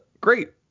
Great